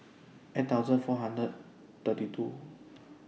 eight thousand four hundred thirty two